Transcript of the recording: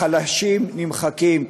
החלשים נמחקים.